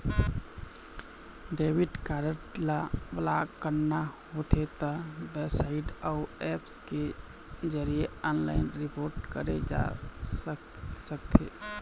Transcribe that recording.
debit card ल block कराना होथे त बेबसाइट अउ ऐप्स के जरिए ऑनलाइन रिपोर्ट करे जा सकथे